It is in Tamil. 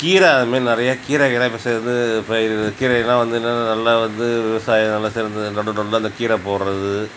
கீரை அதை மாதிரி நிறையா கீரைகளை சேர்ந்து பயிரிடறது கீரைக்கலாம் வந்து என்னென்ன நல்லா வந்து விவசாயம் நல்லா சிறந்தது நடுவில் நடுவில் அந்த கீரை போடறது